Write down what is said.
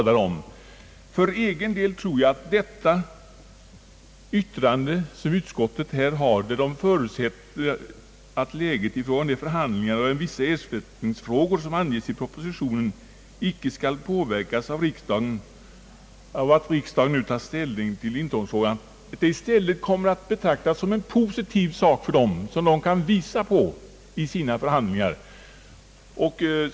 För egen del tror jag att det yttrande som utskottet har kommit med och vari det förutsätter, att läget vid de förhandlingar rörande vissa ersättningsfrågor till samerna, som anges i propositionen, icke skall komma att påverkas av att riksdagen nu tar ställning till intrångsfrågan, inte gör läget sämre för samerna. Det kommer säkert i stället att betraktas som en sak som är positiv för dem och som de kan hänvisa till i sina förhandlingar.